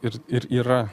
ir ir yra